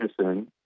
medicine